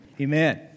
Amen